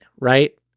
right